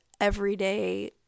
everyday